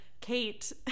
Kate